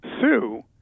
sue